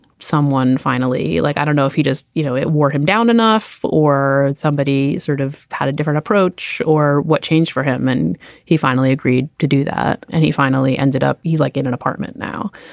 someone finally like i don't know if he just, you know, it wore him down enough or somebody sort of had a different approach or what changed for him. and he finally agreed to do that. and he finally ended up. he's like in an apartment now.